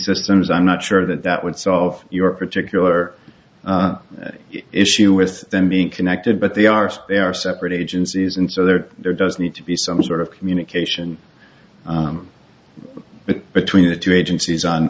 systems i'm not sure that that would solve your particular issue with them being connected but they are spare separate agencies and so that there does need to be some sort of communication between the two agencies on